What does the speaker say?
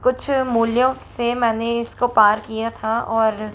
कुछ मूल्यों से मैंने इसको पार किया था और